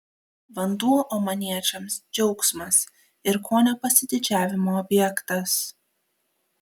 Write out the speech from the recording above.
vanduo omaniečiams džiaugsmas ir kone pasididžiavimo objektas